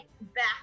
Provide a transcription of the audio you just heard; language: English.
back